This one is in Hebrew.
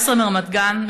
מרמת גן,